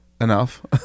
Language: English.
enough